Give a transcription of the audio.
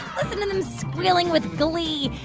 listen to them squealing with glee.